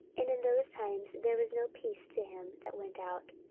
and in those times there was no peace to him that went out,